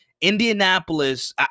Indianapolis